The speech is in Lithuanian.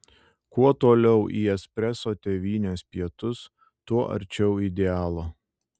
kuo toliau į espreso tėvynės pietus tuo arčiau idealo